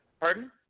pardon